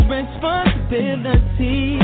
responsibility